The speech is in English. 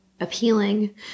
appealing